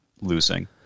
losing